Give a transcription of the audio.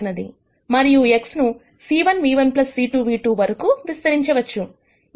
మరియు X ను c1v1c2v2 వరకు విస్తరించవచ్చు